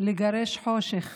לגרש חושך